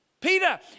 Peter